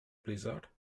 blizzard